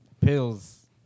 pills